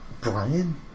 Brian